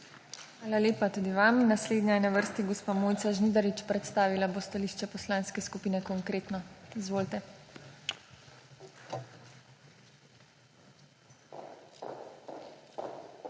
Hvala lepa tudi vam. Naslednja je na vrsti gospa Mojca Žnidarič, predstavila bo stališče Poslanske skupine Konkretno. Izvolite. MOJCA